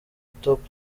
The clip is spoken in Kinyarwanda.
top